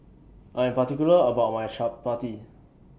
I Am particular about My Chapati